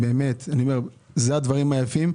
אלה הדברים היפים.